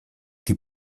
die